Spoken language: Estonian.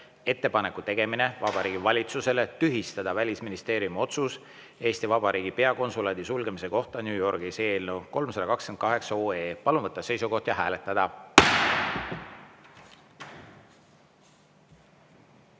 "Ettepaneku tegemine Vabariigi Valitsusele tühistada Välisministeeriumi otsus Eesti Vabariigi peakonsulaadi sulgemise kohta New Yorgis" eelnõu 328. Palun võtta seisukoht ja hääletada!